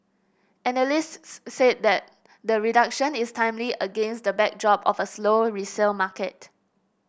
analysts said that the reduction is timely against the backdrop of a slow resale market